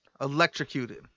electrocuted